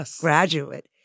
graduate